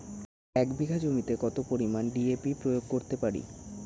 এক বিঘা জমিতে কত পরিমান ডি.এ.পি প্রয়োগ করতে পারি?